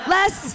Less